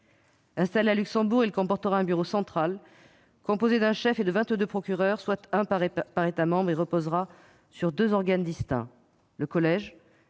Installé à Luxembourg, il comportera un bureau central composé d'un chef et de vingt-deux procureurs, soit un par État membre, et reposera sur deux organes distincts : le collège,